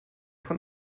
von